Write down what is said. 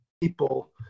People